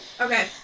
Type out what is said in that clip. okay